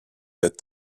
dead